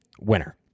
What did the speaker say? winner